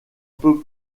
peu